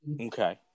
Okay